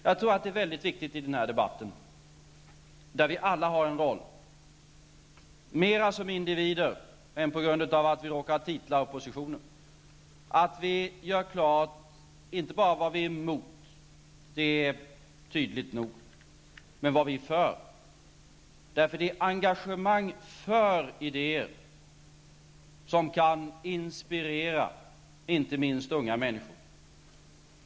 Jag tror att det är mycket viktigt i denna debatt, där vi alla har en roll mera som individer än på grund av att vi råkar ha titlar och positioner, att vi gör klart inte bara vad vi är emot, det är tydligt nog, utan vad vi är för. Det är nämligen engagemang för idéer som kan inspirera, inte minst unga människor.